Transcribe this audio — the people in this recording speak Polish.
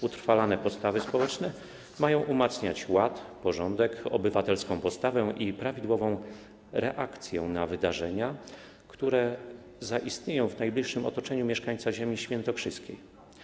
Utrwalane postawy społeczne mają umacniać ład, porządek, obywatelską postawę i prawidłową reakcję na wydarzenia, które zaistnieją w najbliższym otoczeniu mieszkańca ziemi świętokrzyskiej.